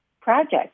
project